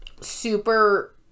super